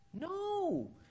No